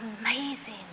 amazing